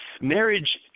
Marriage